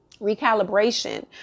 recalibration